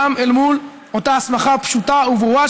גם אל מול אותה הסמכה פשוטה וברורה,